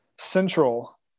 central